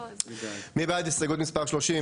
מי בעד הסתייגות מספר 30?